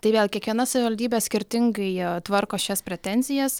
tai vėl kiekviena savivaldybė skirtingai tvarko šias pretenzijas